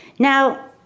now,